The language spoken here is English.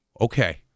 okay